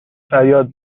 فریاد